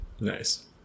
nice